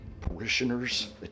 parishioners